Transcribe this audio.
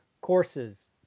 courses